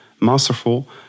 masterful